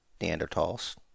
Neanderthals